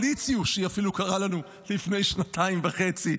היא אפילו קראה לנו "קואליציוש" לפני שנתיים וחצי.